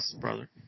brother